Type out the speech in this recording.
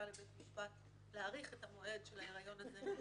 לבית משפט להאריך את המועד של ההיריון הזה,